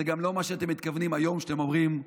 זה גם לא מה שאתם מתכוונים היום כשאתם אומרים,